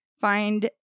find